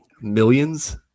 Millions